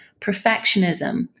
perfectionism